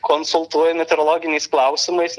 konsultuoja meterologiniais klausimais